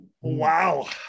Wow